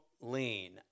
lean